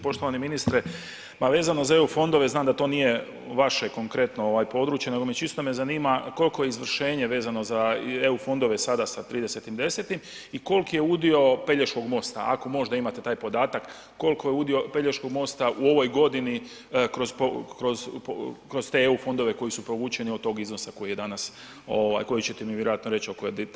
Poštovani ministre, ma vezano za EU fondove znam da to nije vaše konkretno ovaj područje nego me, čisto me zanima koliko je izvršenje vezano za EU fondove sada sa 30.10. i koliki je udio Pelješkog mosta, ako možda imate taj podatak, koliko je udio Pelješkog mosta u ovoj godini kroz, kroz te EU fondove koji su provučeni od tog iznosa koji je danas ovaj koji ćete mi vjerojatno reći oko 30.10.